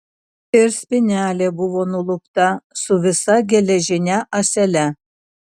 ir spynelė buvo nulupta su visa geležine ąsele